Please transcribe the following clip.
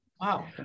Wow